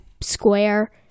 square